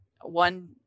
one